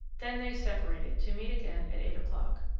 then they separated to meet again at eight o'clock.